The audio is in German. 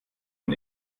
von